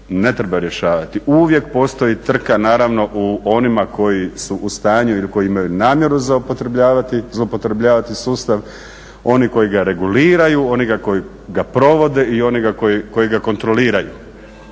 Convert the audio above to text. ne treba rješavati, uvijek postoji trka naravno u onima koji su u stanju ili koji imaju namjeru zloupotrebljavati sustav, oni koji ga reguliraju, oni koji ga provode i oni koji ga kontroliraju.